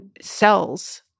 cells